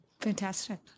Fantastic